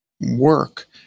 work